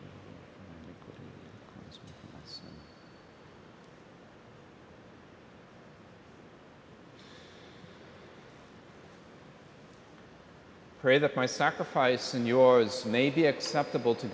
my sacrifice and yours may be acceptable to